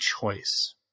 choice